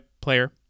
player